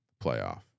playoff